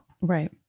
right